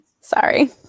Sorry